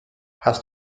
hast